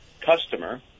customer